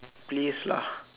please lah